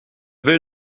will